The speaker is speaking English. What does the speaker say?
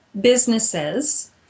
businesses